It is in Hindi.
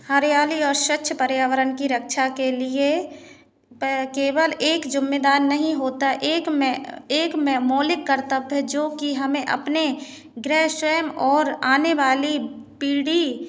हरियाली और स्वच्छ पर्यावरण की रक्षा के लिए वह केवल एक ज़िम्मेदार नहीं होता एक मैं एक मैं मौलिक कर्त्तव्य जो कि हमें अपने ग्रह स्वयं और आनेवाली पीढ़ी